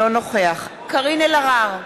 נגד קארין אלהרר,